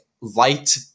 light